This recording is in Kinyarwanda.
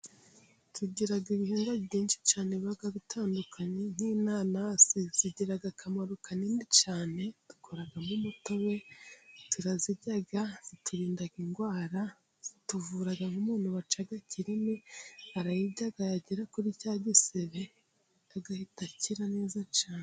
Tugiraga ibihingwa byinshi cyane, biba bitandukanye; nk'inanasi zigira akamaro kanini cyane, dukoramo umutobe, turazirya, ziturinda indwara, zituvura umunyu bita kirimi, urayirya yagera kuri cya gisebe agahita akira neza cyane.